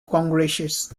congresses